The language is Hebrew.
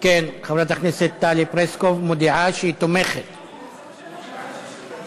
אפשר לרשום שאני תומכת מאוד?